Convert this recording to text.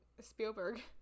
spielberg